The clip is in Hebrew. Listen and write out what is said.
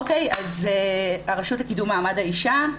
הרשות לקידום מעמד האישה,